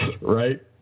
right